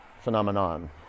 phenomenon